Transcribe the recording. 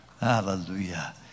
hallelujah